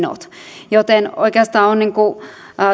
nykyisellään enimmäismenot joten oikeastaan on